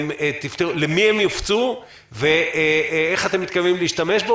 למי הם יופצו ואיך אתם מתכוונים להשתמש בו